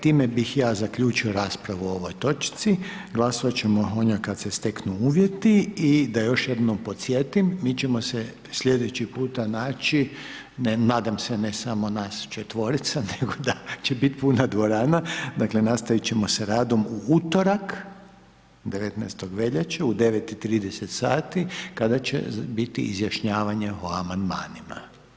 Time bih ja zaključio raspravu o ovoj točci, glasovat ćemo o njoj kad se steknu uvjeti, i da još jednom podsjetim, mi ćemo se sljedeći puta naći, nadam se ne samo nas četvorica, nego da će biti puna dvorana, dakle, nastavit ćemo sa radom u utorak, 19. veljače, u 9,30 sati kada će biti izjašnjavanje o amandmanima.